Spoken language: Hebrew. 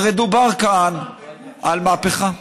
הרי דובר כאן על מהפכה.